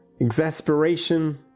exasperation